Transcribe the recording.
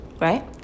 right